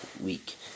week